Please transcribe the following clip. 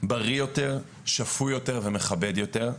בריא יותר, שפוי יותר ומכבד יותר.